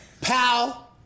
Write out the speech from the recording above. Pal